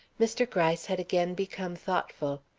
mr. gryce had again become thoughtful.